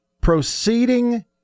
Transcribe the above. proceeding